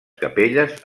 capelles